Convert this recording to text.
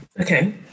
Okay